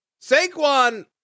Saquon